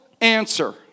answer